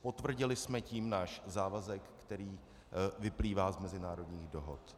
Potvrdili jsme tím náš závazek, který vyplývá z mezinárodních dohod.